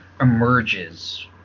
emerges